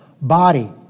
body